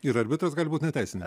ir arbitras gali būt neteisine